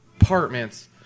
apartments